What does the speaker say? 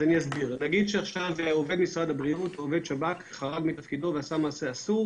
נגיד שעכשיו עובד משרד הבריאות או עובד שב"כ חרג מסמכותו ועשה מעשה אסור